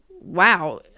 wow